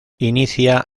inicia